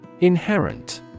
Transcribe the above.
Inherent